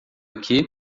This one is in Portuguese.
aqui